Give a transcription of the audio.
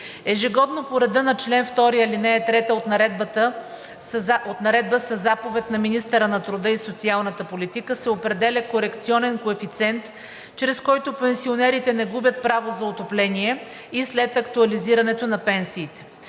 Ежегодно по реда на чл. 2, ал. 3 от Наредбата със заповед на министъра на труда и социалната политика се определя корекционен коефициент, чрез който пенсионерите не губят право за отопление и след актуализирането на пенсиите.